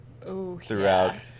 throughout